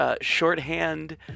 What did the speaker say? shorthand